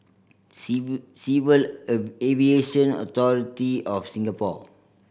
Civil Aviation Authority of Singapore